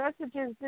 messages